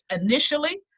initially